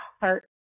heart